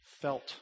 felt